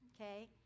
okay